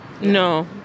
No